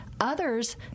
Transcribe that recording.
others